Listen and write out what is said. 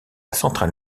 centrale